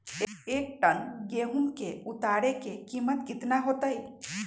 एक टन गेंहू के उतरे के कीमत कितना होतई?